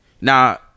Now